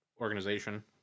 organization